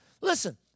Listen